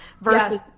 versus